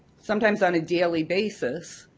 sometimes on a daily basis.